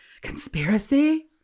Conspiracy